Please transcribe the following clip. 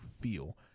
feel